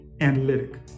analytic